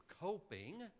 coping